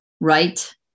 right